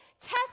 test